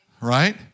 Right